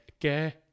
Okay